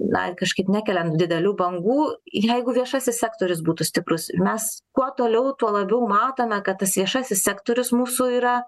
na kažkaip nekeliant didelių bangų jeigu viešasis sektorius būtų stiprus ir mes kuo toliau tuo labiau matome kad tas viešasis sektorius mūsų yra